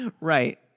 right